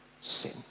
sin